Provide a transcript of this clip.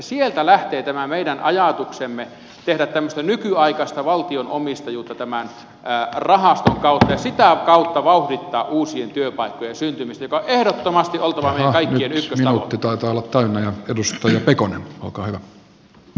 sieltä lähtee tämä meidän ajatuksemme tehdä tämmöistä nykyaikaista valtion omistajuutta tämän rahaston kautta ja sitä kautta vauhdittaa uusien työpaikkojen syntymistä jonka on ehdottomasti oltava meidän kaikkien ykköstavoite